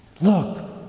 look